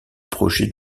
projets